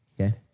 okay